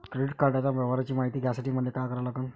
Credit कार्डाच्या व्यवहाराची मायती घ्यासाठी मले का करा लागन?